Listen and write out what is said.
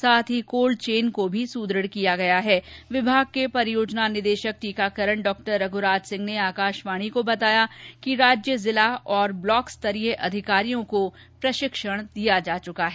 साथ ही cold chain को भी सुद्रढ़ किया गया है विभाग के परियोजना निदेशक टीकाकरण डॉ रघ्राज सिंह ने आकाशवाणी को बताया कि राज्य जिला और ब्लॉक स्तरीय अधिकारियों को प्रशिक्षण दिया जा चुका है